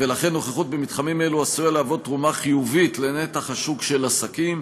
ולכן נוכחות במתחמים אלו עשויה להוות תרומה חיובית לנתח השוק של עסקים.